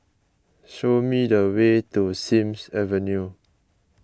show me the way to Sims Avenue